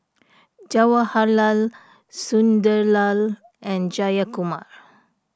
Jawaharlal Sunderlal and Jayakumar